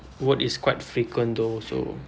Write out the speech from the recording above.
word is quite frequent though so